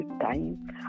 time